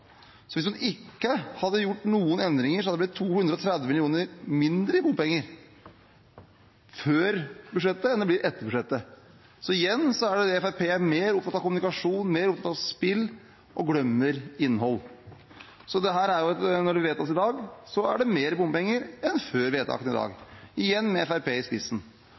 så skal man gi 200 mill. kr tilbake. Hvis man ikke hadde gjort noen endringer, hadde det blitt 230 mill. kr mindre i bompenger før budsjettet enn det blir etter budsjettet. Igjen er Fremskrittspartiet mer opptatt av kommunikasjon, mer opptatt av spill, og glemmer innholdet. Så når dette vedtas i dag, er det mer bompenger enn før vedtakene i dag – igjen med Fremskrittspartiet i spissen.